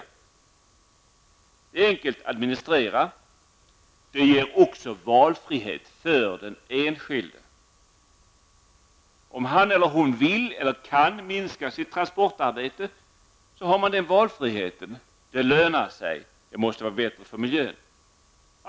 Det här är enkelt att administrera och det erbjuder den enskilde valfrihet. Om han eller hon vill eller kan minska sitt transportarbete, har man den valfriheten. Det lönar sig, och det måste vara bättre för miljön.